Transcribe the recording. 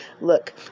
look